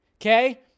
Okay